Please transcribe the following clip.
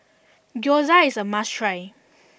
Gyoza is a must try